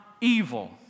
evil